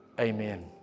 Amen